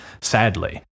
Sadly